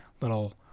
little